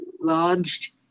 lodged